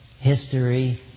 history